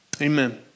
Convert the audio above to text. Amen